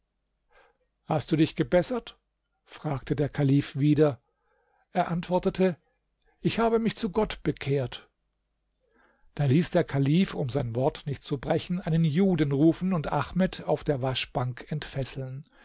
hast du dich gebessert fragte der kalif wieder er antwortete ich habe mich zu gott bekehrt da ließ der kalif um sein wort nicht zu brechen einen juden rufen und ahmed auf der waschbank entfesseln